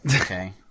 Okay